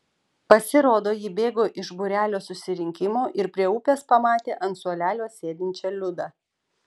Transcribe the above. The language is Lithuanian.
pasirodo ji bėgo iš būrelio susirinkimo ir prie upės pamatė ant suolelio sėdinčią liudą